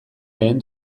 lehen